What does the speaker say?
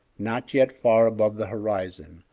not yet far above the horizon,